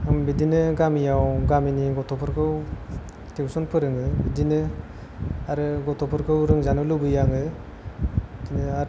आं बिदिनो गामियाव गामिनि गथ'फोखौ तिउसन फोरोङो बिदिनो आरो गथ'फोरखौ रोंजानो लुबैयो आङो बिदिनो आद